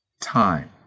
Time